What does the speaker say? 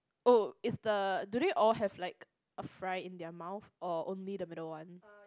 oh is the do they all have like a fry in their mouth or only the middle one